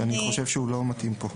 שאני חושב שהוא לא מתאים פה.